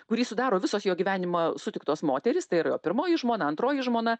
kurį sudaro visos jo gyvenimo sutiktos moterys tai yra jo pirmoji žmona antroji žmona